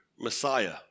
messiah